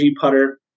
putter